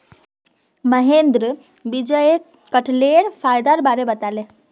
महेंद्र विजयक कठहलेर फायदार बार बताले